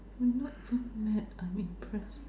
not too bad I'm impress